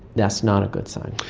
that's not a good sign.